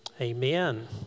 Amen